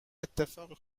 اتفاقای